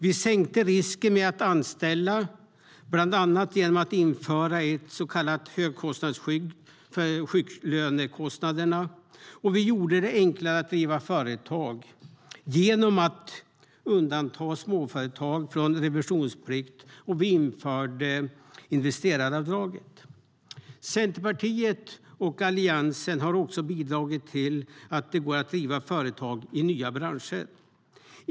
Vi sänkte risken med att anställa, bland annat genom att införa ett så kallat högkostnadsskydd för sjuklönekostnaderna. Och vi gjorde det enklare att driva företag genom att undanta småföretag från revisionsplikt, och vi införde investeraravdraget. Centerpartiet och Alliansen har också bidragit till att det går att driva företag i nya branscher.